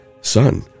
Son